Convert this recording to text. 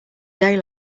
day